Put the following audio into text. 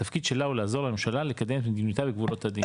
התפקיד שלה הוא לעזור לממשלה לקדם את מדיניותה בגבולות הדין.